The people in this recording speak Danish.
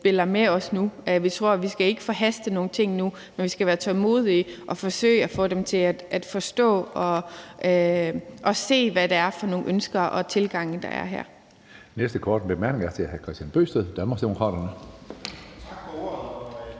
er med os nu. Vi skal ikke forhaste nogle ting nu, men vi skal være tålmodige og forsøge at få dem til at forstå og se, hvad det er for nogle ønsker og tilgange, der er her.